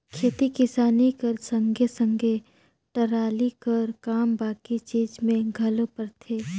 खेती किसानी कर संघे सघे टराली कर काम बाकी चीज मे घलो परथे